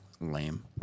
lame